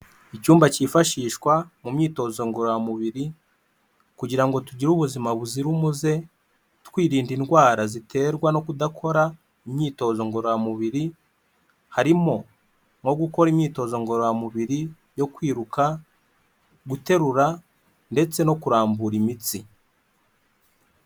Icyumba cyifashishwa mu myitozo ngororamubiri kugira ngo tugire ubuzima buzira umuze twirinda indwara ziterwa no kudakora imyitozo ngororamubiri, harimo nko gukora imyitozo ngororamubiri yo kwiruka guterura ndetse no kurambura imitsi.